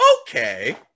Okay